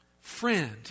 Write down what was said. Friend